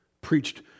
preached